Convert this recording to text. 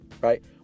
Right